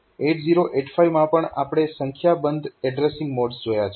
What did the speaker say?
8085 માં પણ આપણે સંખ્યાબંધ એડ્રેસીંગ મોડ્સ જોયા છે